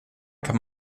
kann